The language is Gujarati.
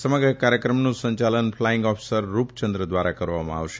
સમગ્ર કાર્યક્રમનું સંચાલન ફલાઇંગ ઓફીસર રૂપયંદ્ર ધ્વારા કરવામાં આવશે